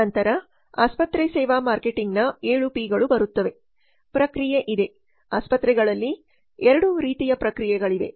ನಂತರ ಆಸ್ಪತ್ರೆ ಸೇವಾ ಮಾರ್ಕೆಟಿಂಗ್ನ 7ಪಿ ಗಳು ಬರುತ್ತದೆ ಪ್ರಕ್ರಿಯೆ ಇದೆ ಆಸ್ಪತ್ರೆಗಳಲ್ಲಿ ಎರಡು ರೀತಿಯ ಪ್ರಕ್ರಿಯೆಗಳಿವೆ